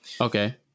Okay